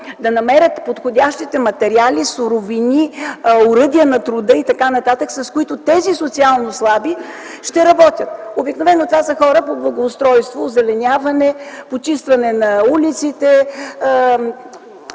да намерят подходящите материали, суровини, оръдия на труда и т.н., с които тези социално слаби ще работят? Обикновено това са хора по благоустройство, озеленяване, почистване на улиците,